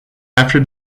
after